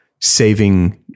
saving